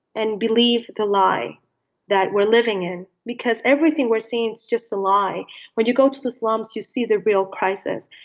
and believe the lie that we're living in, because everything we're seeing is just a lie when you go to the slums to see the real prices,